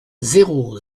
zéro